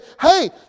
hey